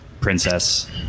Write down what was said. princess